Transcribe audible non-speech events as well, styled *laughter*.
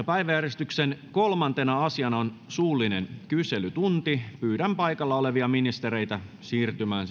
*unintelligible* päiväjärjestyksen kolmantena asiana on suullinen kyselytunti pyydän paikalla olevia ministereitä siirtymään *unintelligible*